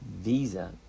visa